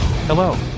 Hello